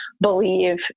believe